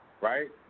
right